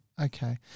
Okay